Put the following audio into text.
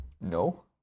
no